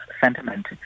sentiment